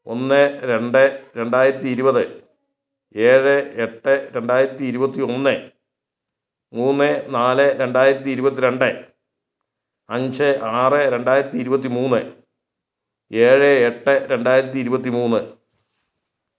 ഒന്ന് രണ്ട് രണ്ടായിരത്തി ഇരുപത് ഏഴ് എട്ട് രണ്ടായിരത്തി ഇരുപത്തി ഒന്ന് മൂന്ന് നാല് രണ്ടായിരത്തി ഇരുപത്തി രണ്ട് അഞ്ച് ആറ് രണ്ടായിരത്തി ഇരുപത്തി മൂന്ന് ഏഴ് എട്ട് രണ്ടായിരത്തി ഇരുപത്തി മൂന്ന്